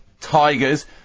Tigers